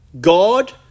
God